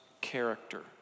character